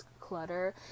clutter